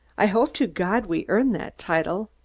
i hope to god we earn that title.